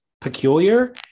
peculiar